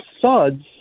suds